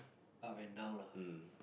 up and down lah